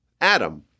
Adam